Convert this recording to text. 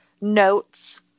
notes